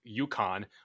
UConn